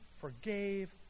forgave